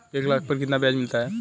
एक लाख पर कितना ब्याज मिलता है?